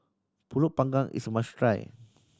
Pulut Panggang is a must try